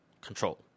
control